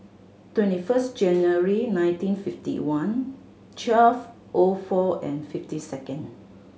twenty first January nineteen fifty one twelve O four and fifty second